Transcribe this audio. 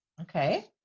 Okay